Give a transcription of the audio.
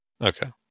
Okay